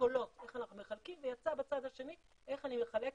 משקולות איך אנחנו מחלקים ויצא בצד השני איך אני מחלקת,